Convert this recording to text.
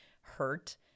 hurt